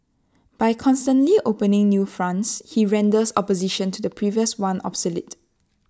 by constantly opening new fronts he renders opposition to the previous one obsolete